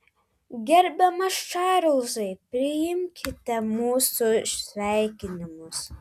gerbiamas čarlzai priimkite mūsų sveikinimus